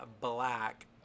Black